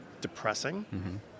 depressing